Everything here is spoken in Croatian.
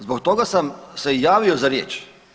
Zbog toga sam se i javio za riječ.